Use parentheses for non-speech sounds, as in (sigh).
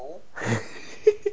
(laughs)